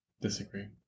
Disagree